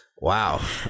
Wow